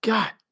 God